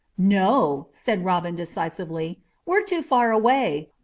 no, said robin decisively we're too far away.